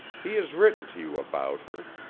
he has written to you about her.